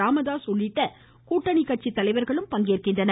ராமதாஸ் உள்ளிட்ட கூட்டணி கட்சி தலைவர்களும் பங்கேற்கின்றனர்